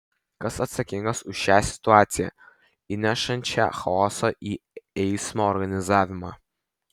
kas atsakingas už šią situaciją įnešančią chaoso į eismo organizavimą